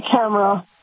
camera